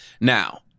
Now